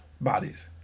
bodies